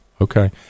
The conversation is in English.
Okay